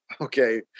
Okay